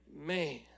Man